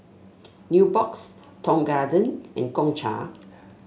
Nubox Tong Garden and Gongcha